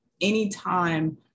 anytime